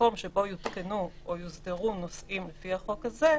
שמקום שבו יותקנו או יוסדרו נושאים לפי החוק הזה,